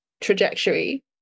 trajectory